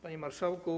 Panie Marszałku!